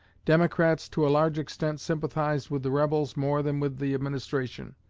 democrats to a large extent sympathized with the rebels more than with the administration.